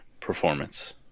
performance